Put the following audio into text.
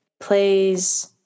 plays